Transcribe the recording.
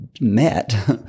met